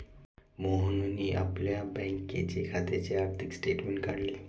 मोहनने आपल्या बँक खात्याचे आर्थिक स्टेटमेंट काढले